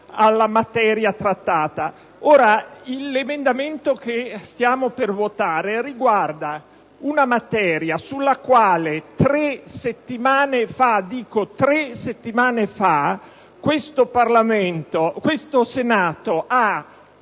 alla materia trattata. Ora, l'emendamento che stiamo per votare riguarda una materia sulla quale solo tre settimane fa questo Senato ha